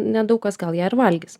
nedaug kas gal ją ir valgys